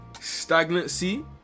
stagnancy